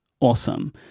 awesome